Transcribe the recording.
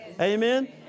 Amen